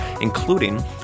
including